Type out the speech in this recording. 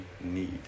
need